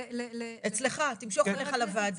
אצלך, תמשוך אליך לוועדה.